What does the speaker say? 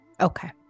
okay